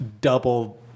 double